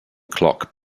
clock